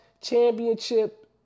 championship